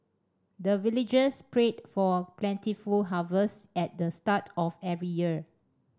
the villagers pray for plentiful harvest at the start of every year